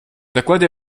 докладе